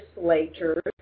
legislators